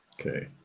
Okay